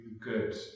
good